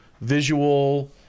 visual